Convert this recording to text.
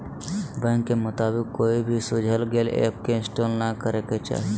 bank के मुताबिक, कोई भी सुझाल गेल ऐप के इंस्टॉल नै करे के चाही